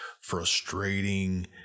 frustrating